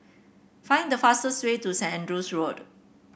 find the fastest way to Saint Andrew's Road